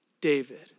David